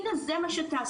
הנה זה מה שתעשו,